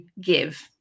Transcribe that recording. give